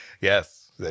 Yes